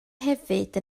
hefyd